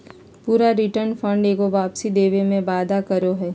पूरा return fund एगो वापसी देवे के वादा करो हइ